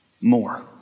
more